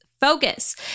focus